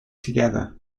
together